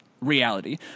reality